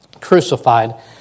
crucified